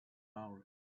hours